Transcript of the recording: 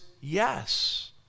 yes